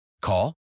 Call